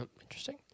interesting